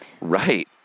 Right